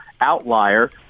outlier